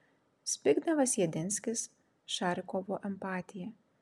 zbignevas jedinskis šarikovo empatija